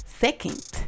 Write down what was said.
second